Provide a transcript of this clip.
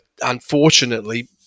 unfortunately